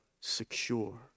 secure